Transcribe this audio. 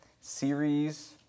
series